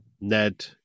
Ned